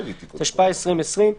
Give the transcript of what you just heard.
התשפ"א-2020.